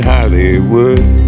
Hollywood